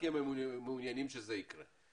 כי הם מעוניינים שזה יקרה.